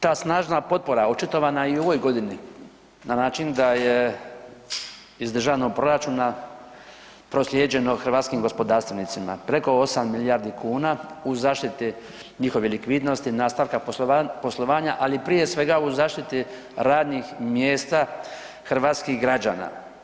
Ta snažna potpora očitovana je i u ovoj godini na način da je iz državnog proračuna proslijeđeno hrvatskim gospodarstvenicima preko 8 milijardi kuna u zaštiti njihove likvidnosti, nastavka poslovanja, ali prije svega u zaštiti radnih mjesta hrvatskih građana.